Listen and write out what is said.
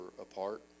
apart